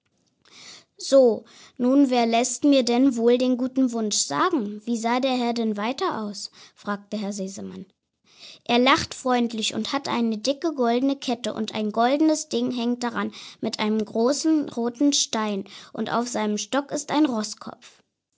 so und wer lässt mir denn wohl den guten wunsch sagen wie sah der herr denn weiter aus fragte herr sesemann er lacht freundlich und hat eine dicke goldene kette und ein goldenes ding hängt daran mit einem großen roten stein und auf seinem stock ist ein